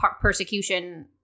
persecution